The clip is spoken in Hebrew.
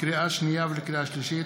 לקריאה שנייה ולקריאה שלישית: